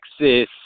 Texas